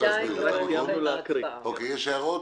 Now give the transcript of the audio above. יש הערות?